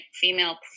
female